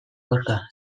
koxka